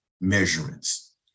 measurements